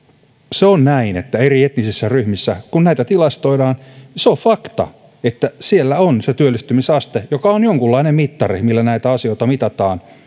se on näin että eri etnisissä ryhmissä kun näitä tilastoidaan se on fakta että se työllistymisaste joka on jonkunlainen mittari millä näitä asioita mitataan